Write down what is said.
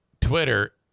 Twitter